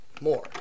more